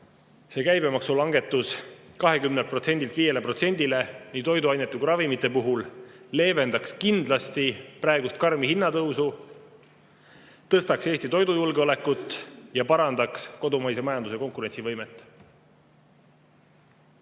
see käibemaksulangetus 20%‑lt 5%‑le nii toiduainete kui ka ravimite puhul leevendaks kindlasti praegust karmi hinnatõusu, parandaks Eesti toidujulgeolekut ja kodumaise majanduse konkurentsivõimet.